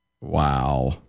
Wow